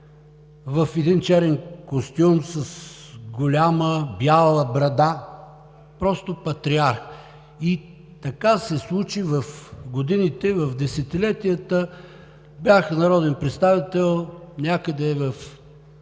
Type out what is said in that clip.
в един черен костюм с голяма бяла брада – просто патриарх. Така се случи в годините, в десетилетията, бях народен представител,